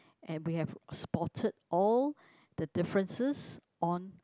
and we have spotted all the differences on